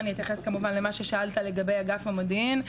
אתייחס גם למה ששאלת לגבי אגף המודיעין,